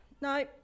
no